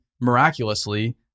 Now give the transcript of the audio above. miraculously